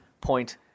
point